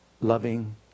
loving